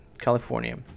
California